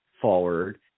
forward